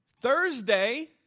Thursday